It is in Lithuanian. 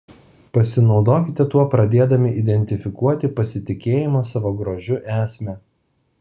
pasinaudokite tuo pradėdami identifikuoti pasitikėjimo savo grožiu esmę